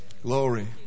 glory